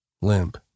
Limp